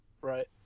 right